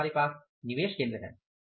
फिर हमारे पास निवेश केंद्र हैं